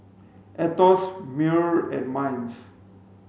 AETOS MEWR and MINDS